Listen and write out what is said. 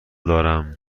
دارم